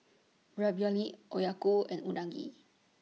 Ravioli Okayu and Unagi